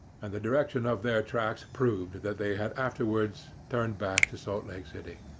and the direction of their tracks proved that they had afterwards turned back to salt lake city.